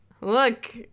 Look